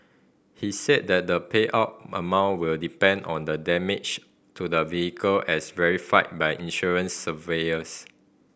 he said that the payout amount will depend on the damage to the vehicle as verified by insurance surveyors